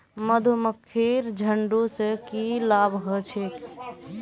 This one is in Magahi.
मधुमक्खीर झुंड स की लाभ ह छेक